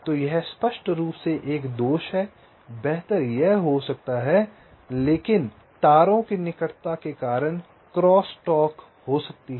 तो यह स्पष्ट रूप से एक दोष है बेहतर यह हो सकता है लेकिन तारों की निकटता के कारण क्रॉस बात हो सकती है